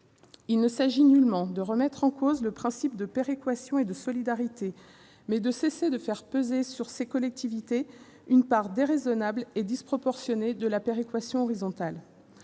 Il ne s'agit nullement de remettre en cause les principes de péréquation et de solidarité, mais de cesser de faire peser sur ces territoires une part déraisonnable et disproportionnée de la péréquation horizontale.